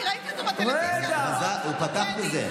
הקשבתי, ראיתי אותו בטלוויזיה, הוא פתח בזה.